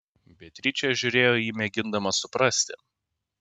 beatričė žiūrėjo į jį mėgindama suprasti